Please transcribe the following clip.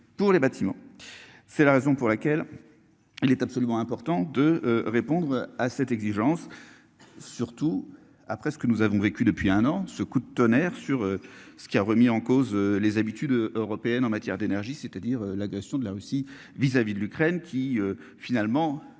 pour les bâtiments. C'est la raison pour laquelle. Il est absolument important de répondre à cette exigence. Surtout après ce que nous avons vécu depuis un an. Ce coup de tonnerre sur ce qui a remis en cause les habitudes européennes en matière d'énergie, c'est-à-dire l'agression de la Russie vis-à-vis de l'Ukraine qui finalement